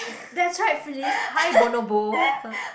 that's right please high bonobo